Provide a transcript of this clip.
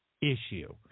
issue